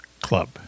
Club